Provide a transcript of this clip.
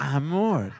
amor